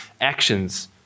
actions